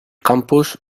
campus